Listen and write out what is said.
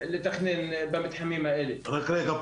לתכנן במתחמים האלה --- רק רגע,